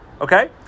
Okay